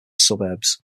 suburbs